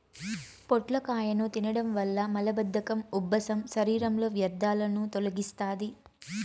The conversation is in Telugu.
పొట్లకాయను తినడం వల్ల మలబద్ధకం, ఉబ్బసం, శరీరంలో వ్యర్థాలను తొలగిస్తాది